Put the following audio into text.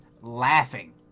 laughing